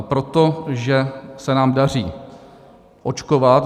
Protože se nám daří očkovat.